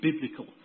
biblical